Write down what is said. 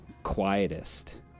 quietest